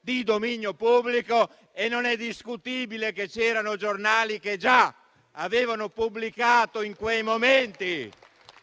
di dominio pubblico e non è discutibile che c'erano giornali che già avevano pubblicato in quei momenti